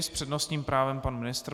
S přednostním právem pan ministr.